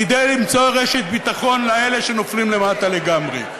כדי למצוא רשת ביטחון לאלה שנופלים למטה לגמרי.